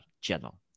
channel